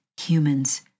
humans